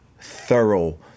thorough